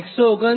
806 5